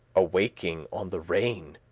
awaking on the rain,